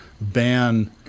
ban